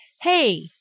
Hey